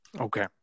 Okay